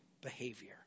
behavior